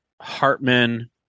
Hartman